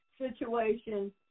situation